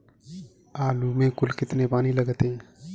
आलू में कुल कितने पानी लगते हैं?